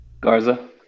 Garza